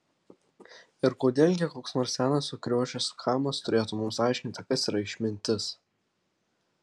ir kodėl gi koks nors senas sukriošęs chamas turėtų mums aiškinti kas yra išmintis